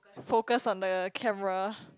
focus on the camera